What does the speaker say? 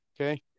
Okay